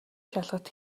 шалгалт